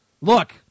Look